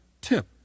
tip